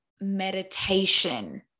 meditation